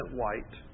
white